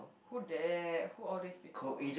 who that who all these people